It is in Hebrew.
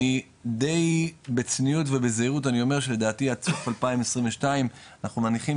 אני די בצניעות ובזהירות אני אומר שלדעתי עד סוף 2022 אנחנו מניחים